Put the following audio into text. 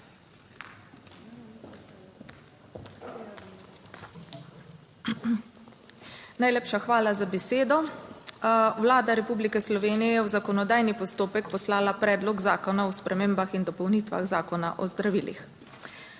Najlepša hvala za besedo. Vlada Republike Slovenije je v zakonodajni postopek poslala Predlog zakona o spremembah in dopolnitvah Zakona o zdravilih.